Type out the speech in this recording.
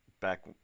back